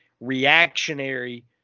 reactionary